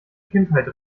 kindheit